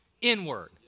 inward